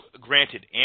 granted